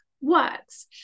works